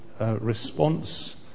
response